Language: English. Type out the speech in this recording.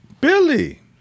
Billy